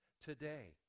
today